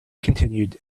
continued